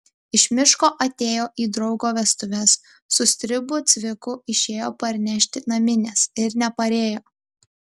iš miško atėjo į draugo vestuves su stribu cviku išėjo parnešti naminės ir neparėjo